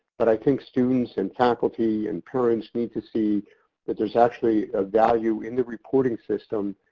but i think students and faculty and parents need to see that there's actually a value in the reporting system,